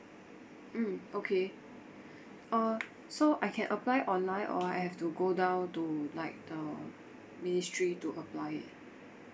mm okay uh so I can apply online or I have to go down to like the ministry to apply it